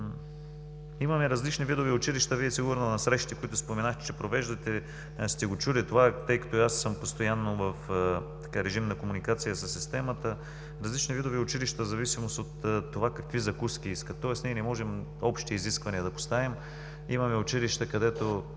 Имаме различни видове училища – сигурно на срещите, които споменахте, че провеждате, сте чули това, и аз съм постоянно в режим на комуникация със системата – различни видове училища в зависимост от това какви закуски искат, тоест не можем да поставим общи изисквания. Имаме училища, където